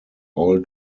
all